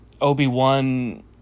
Obi-Wan